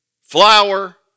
flour